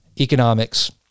economics